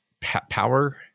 power